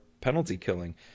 penalty-killing